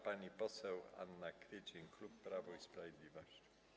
Pani poseł Anna Kwiecień, klub Prawo i Sprawiedliwość.